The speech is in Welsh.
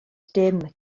dim